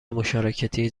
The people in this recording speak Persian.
مشارکتی